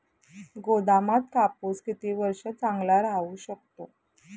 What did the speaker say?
गोदामात कापूस किती वर्ष चांगला राहू शकतो?